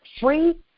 free